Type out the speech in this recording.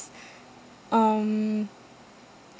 um